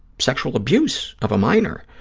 sexual abuse of a minor.